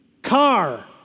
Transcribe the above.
Car